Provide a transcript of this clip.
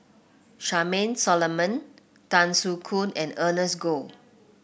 Charmaine Solomon Tan Soo Khoon and Ernest Goh